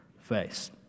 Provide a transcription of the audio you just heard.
face